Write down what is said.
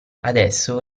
adesso